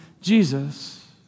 Jesus